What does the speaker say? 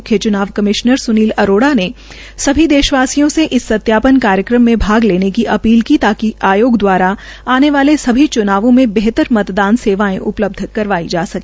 मुख्य च्नाव कमिश्नर सुनील अरोड़ा ने सभी देश वासियों से इस सत्यापन कार्यक्रम में भाग लेने की अपील की ताकि आयोग द्वारा आने वाले सभी चुनावों में बेहतर मतदान सेवायें उपलब्ध करवाई जा सके